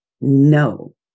no